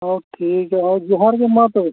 ᱦᱳᱭ ᱴᱷᱤᱠ ᱜᱮᱭᱟ ᱦᱳᱭ ᱡᱚᱦᱟᱨ ᱜᱮ ᱢᱟ ᱛᱚᱵᱮ